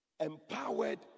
empowered